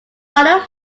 final